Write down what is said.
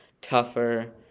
tougher